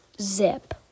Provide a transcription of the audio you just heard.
zip